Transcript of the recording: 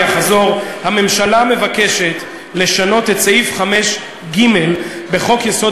אני אחזור: הממשלה מבקשת לשנות את סעיף 5(ג) בחוק-יסוד: